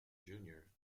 junior